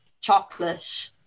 chocolate